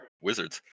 Wizards